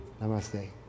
Namaste